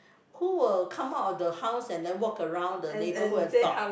who will come out of the house and then walk around the neighborhood and talk